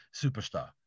superstar